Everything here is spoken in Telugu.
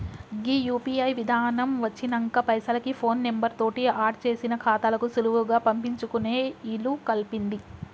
గీ యూ.పీ.ఐ విధానం వచ్చినంక పైసలకి ఫోన్ నెంబర్ తోటి ఆడ్ చేసిన ఖాతాలకు సులువుగా పంపించుకునే ఇలుకల్పింది